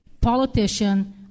politician